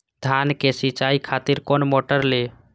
धान के सीचाई खातिर कोन मोटर ली?